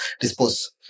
dispose